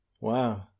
wow